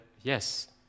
yes